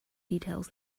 details